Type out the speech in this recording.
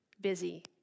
busy